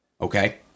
Okay